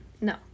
no